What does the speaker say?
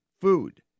food